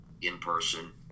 in-person